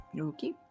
Okay